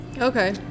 Okay